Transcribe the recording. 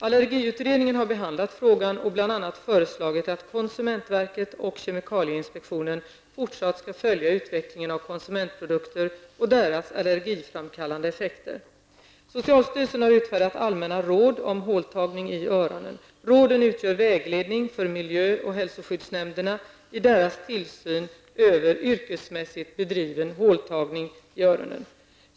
Allergiutredningen har behandlat frågan och bl.a. föreslagit att konsumentverket och kemikalieinspektionen fortsatt skall följa utvecklingen av konsumentprodukter och deras allergiframkallande effekter. Socialstyrelsen har utfärdat allmänna råd om håltagning i öronen. Råden utgör vägledning för miljö och hälsoskyddsnämnden i deras tillsyn över yrkesmässigt bedriven håltagning i öronen.